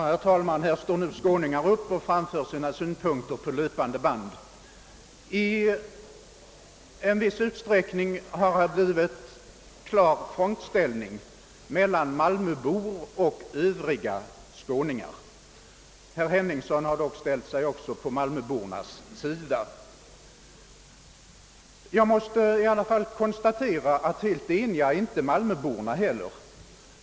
Herr talman! Här står nu skåningar upp och framför sina synpunkter på löpande band. I viss utsträckning har det blivit en klar frontställning mellan malmöbor och övriga skåningar. Herr Henningsson har dock ställt sig på malmöbornas sida. Men jag måste konstatera att inte heller malmöborna är helt ense.